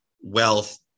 wealth